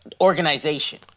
organization